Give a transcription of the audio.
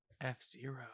f-zero